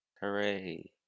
Hooray